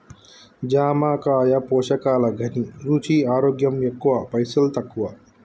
జామకాయ పోషకాల ఘనీ, రుచి, ఆరోగ్యం ఎక్కువ పైసల్ తక్కువ